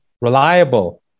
reliable